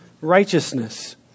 righteousness